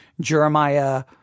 Jeremiah